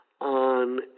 on